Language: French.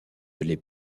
les